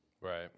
Right